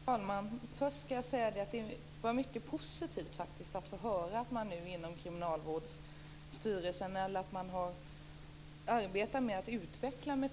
Fru talman! Först vill jag säga att det var mycket positivt att få höra att Kriminalvårdsstyrelsen arbetar med att utveckla